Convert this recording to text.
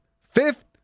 fifth